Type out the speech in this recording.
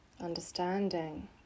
Understanding